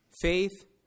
faith